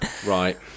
Right